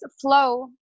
flow